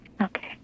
Okay